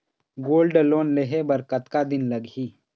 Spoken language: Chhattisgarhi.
गोल्ड लोन लेहे बर कतका दिन लगही?